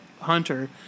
Hunter